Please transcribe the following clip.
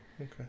Okay